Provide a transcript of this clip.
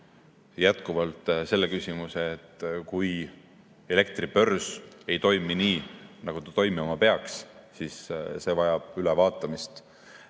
juurde veel küsimuse, et kui elektribörs ei toimi nii, nagu toimima peaks, siis see vajab ülevaatamist.